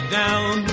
down